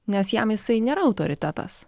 nes jam jisai nėra autoritetas